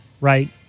right